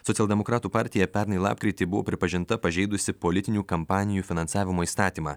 socialdemokratų partija pernai lapkritį buvo pripažinta pažeidusi politinių kampanijų finansavimo įstatymą